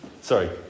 Sorry